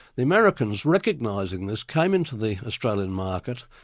the americans, recognising this, came into the australian market.